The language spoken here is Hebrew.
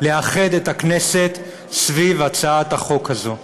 לאחד את הכנסת סביב הצעת החוק הזאת.